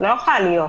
לא יכולה להיות.